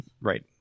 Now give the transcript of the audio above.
Right